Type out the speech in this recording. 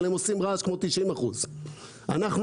אבל הם עושים רעש כמו 90%. אף אחד לא יושב על הוועדה.